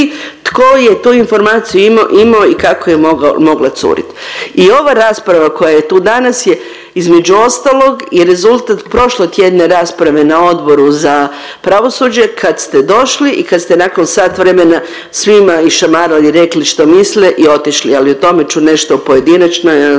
tko je tu informaciju imao i kako je mogla curiti. I ova rasprava koja je tu danas je između ostalog i rezultat prošlotjedne rasprave na Odboru za pravosuđe kad ste došli i kad ste nakon sat vremena svima išamarali, rekli što misle i otišli, ali o tome ću nešto u pojedinačnoj, a sad